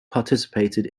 participated